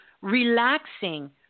relaxing